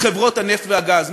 חברות הנפט והגז,